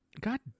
God